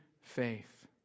faith